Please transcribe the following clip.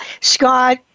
Scott